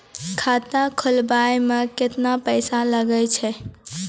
खाता खोलबाबय मे केतना पैसा लगे छै?